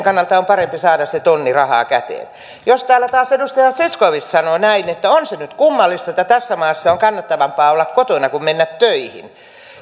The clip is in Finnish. kannalta on parempi saada se tonni rahaa käteen jos täällä taas edustaja zyskowicz sanoo näin että on se nyt kummallista että tässä maassa on kannattavampaa olla kotona kuin mennä töihin